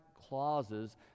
clauses